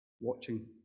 watching